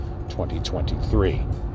2023